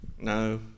No